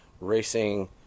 racing